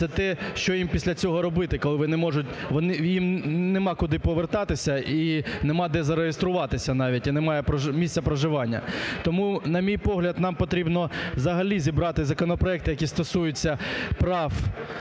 це те, що їм після цього робити, коли вони не можуть… їм немає куди повертатися і немає де зареєструватися навіть, і немає місця проживання. Тому, на мій погляд, нам потрібно взагалі зібрати законопроекти, які стосуються прав